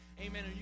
amen